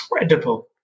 incredible